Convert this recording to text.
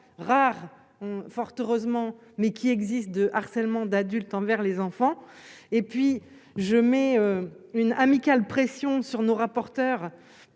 rares, fort heureusement, mais qui existe de harcèlement d'adulte envers les enfants et puis je mets une amicale pression sur nos rapporteurs